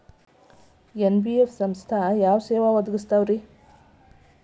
NBF ಸಂಸ್ಥಾ ಯಾವ ಸೇವಾ ಒದಗಿಸ್ತಾವ?